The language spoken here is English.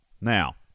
Now